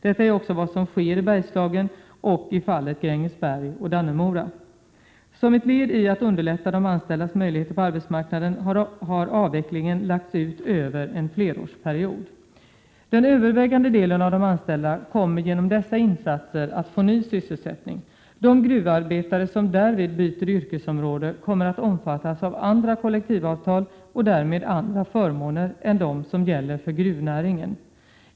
Detta är också vad som sker i Bergslagen och beträffande Grängesberg och Dannemora. Som ett led i att underlätta de anställdas möjligheter på arbetsmarknaden har avvecklingen lagts ut över en flerårsperiod. Den övervägande delen av de anställda kommer genom dessa insatser att få ny sysselsättning. De gruvarbetare som därvid byter yrkesområde kommer att omfattas av andra kollektivavtal och därmed andra förmåner än de som 109 gäller tör gruvnäringen.